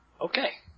Okay